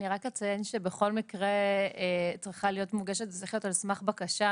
אני רק אציין שבכל מקרה זה צריך להיות על סמך בקשה,